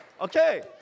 Okay